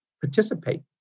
participate